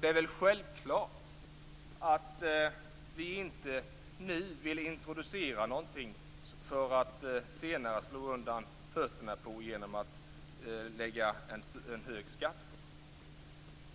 Det är väl självklart att vi inte nu vill introducera någonting för att senare slå undan fötterna på det genom att lägga på en hög skatt.